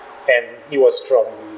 and it was from